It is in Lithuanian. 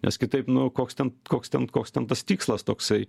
nes kitaip nu koks ten koks ten koks ten tas tikslas toksai